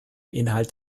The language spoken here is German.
inhalt